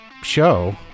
show